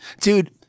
dude